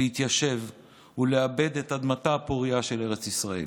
להתיישב ולעבד את אדמתה הפורייה של ארץ ישראל,